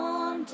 on